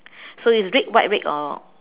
so is red white red or